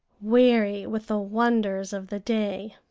weary with the wonders of the day.